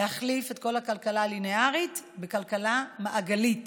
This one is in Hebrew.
להחליף את כל הכלכלה הליניארית בכלכלה מעגלית.